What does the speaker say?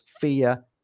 fear